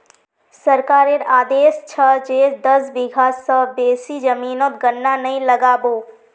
सरकारेर आदेश छ जे दस बीघा स बेसी जमीनोत गन्ना नइ लगा बो